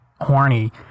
horny –